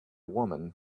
woman